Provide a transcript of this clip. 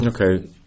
okay